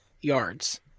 yards